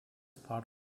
part